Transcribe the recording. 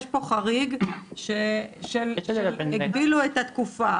יש פה חריג שהגבילו את התקופה.